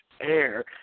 air